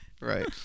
Right